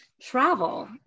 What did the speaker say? travel